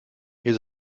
ihr